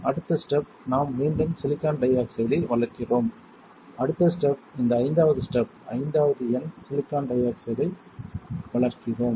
அடுத்த ஸ்டெப் நாம் மீண்டும் சிலிக்கான் டை ஆக்சைடை வளர்க்கிறோம் அடுத்த ஸ்டெப் இந்த ஐந்தாவது ஸ்டெப் ஐந்தாவது எண் சிலிக்கான் டை ஆக்சைடை வளர்க்கிறோம்